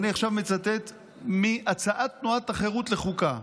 אני עכשיו מצטט מהצעת תנועת החרות לחוקה: